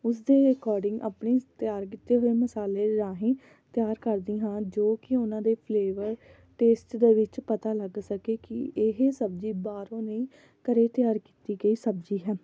ਉਸ ਦੇ ਅਕੋਡਿੰਗ ਆਪਣੀ ਤਿਆਰ ਕੀਤੇ ਹੋਏ ਮਸਾਲੇ ਰਾਹੀਂ ਤਿਆਰ ਕਰਦੀ ਹਾਂ ਜੋ ਕਿ ਉਹਨਾਂ ਦੇ ਫਲੇਵਰ ਟੇਸਟ ਦੇ ਵਿੱਚ ਪਤਾ ਲੱਗ ਸਕੇ ਕਿ ਇਹ ਸਬਜ਼ੀ ਬਾਹਰੋਂ ਨਹੀਂ ਘਰ ਤਿਆਰ ਕੀਤੀ ਗਈ ਸਬਜ਼ੀ ਹੈ